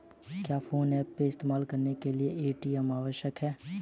क्या PhonePe app इस्तेमाल करने के लिए ए.टी.एम आवश्यक है?